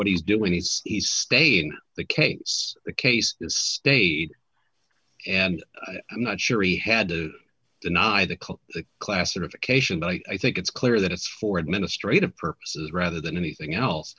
what he's doing he's he's stay in the case the case is state and i'm not sure he had to deny the classification but i think it's clear that it's for administrative purposes rather than anything else